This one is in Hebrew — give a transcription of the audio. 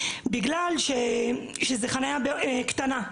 בגלל שאלה חניות קטנות.